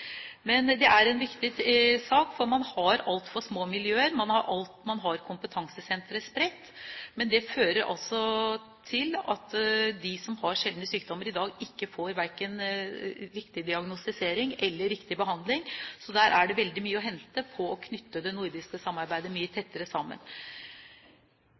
Det er en viktig sak, for man har altfor små miljøer, og man har kompetansesentre spredt. Men det fører til at de som har sjeldne sykdommer i dag, ikke får verken viktig diagnostisering eller riktig behandling, så der er det veldig mye å hente på å knytte det nordiske samarbeidet mye